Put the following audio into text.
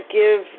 give